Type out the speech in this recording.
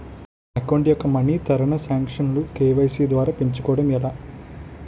నా అకౌంట్ యెక్క money transaction లు కే.వై.సీ ద్వారా పెంచుకోవడం ఎలా?